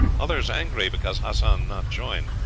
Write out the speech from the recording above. others angry because hassan not join.